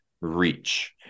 reach